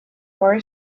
four